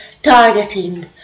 targeting